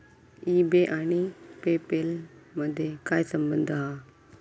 E बे आणि PayPal मधे काय संबंध हा?